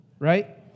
Right